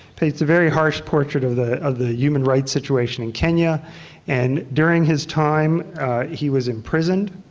paints a very harsh portrait of the the human rights situation in kenya and during his time he was imprisoned,